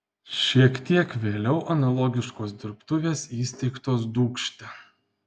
šiek tiek vėliau analogiškos dirbtuvės įsteigtos dūkšte